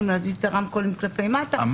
להזיז את הרמקולים כלפי מטה וכו'.